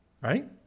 right